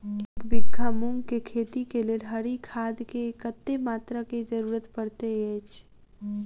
एक बीघा मूंग केँ खेती केँ लेल हरी खाद केँ कत्ते मात्रा केँ जरूरत पड़तै अछि?